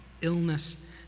illness